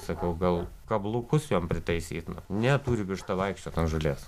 sakau gal kablukus jom pritaisyt na ne turi višta vaikščiot ant žolės